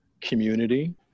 community